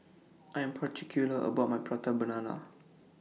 I Am particular about My Prata Banana